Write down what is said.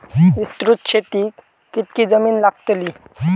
विस्तृत शेतीक कितकी जमीन लागतली?